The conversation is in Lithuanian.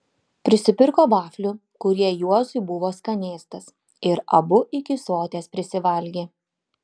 prisipirko vaflių kurie juozui buvo skanėstas ir abu iki soties prisivalgė